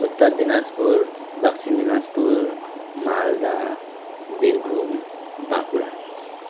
Uttar Dinajpur Dakshin Dinajpur Malda Birbhum Bankura